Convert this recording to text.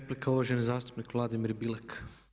Replika, uvaženi zastupnik Vladimir Bilek.